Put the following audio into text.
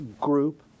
group